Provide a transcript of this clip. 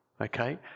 Okay